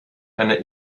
einer